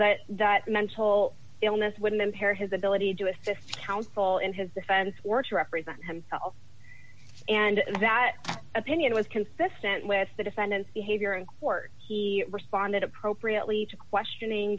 that that mental illness would impair his ability to assist counsel in his defense work to represent himself and that opinion was consistent with the defendant's behavior in court he responded appropriately to questioning